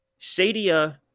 Sadia